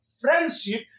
friendship